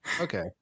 Okay